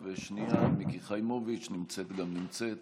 שנייה, מיקי חיימוביץ' נמצאת גם נמצאת.